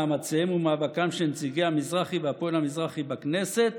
מאמציהם ומאבקם של נציגי המזרחי והפועל המזרחי בכנסת.